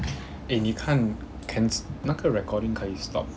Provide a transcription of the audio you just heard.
eh 你看 can 那个 recording 可以 stop